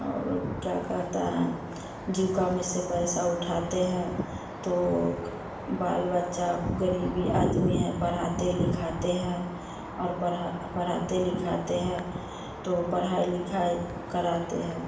और क्या कहता है जीविका में से पैसा उठाते हैं तो बाल बच्चा ग़रीबी आदमी है पढ़ाते लिखाते हैं और पढ़ा पढ़ाते लिखाते हैं तो पढ़ाई लिखाई कराते हैं